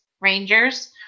rangers